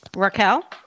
Raquel